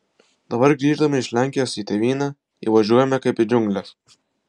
dabar grįždami iš lenkijos į tėvynę įvažiuojame kaip į džiungles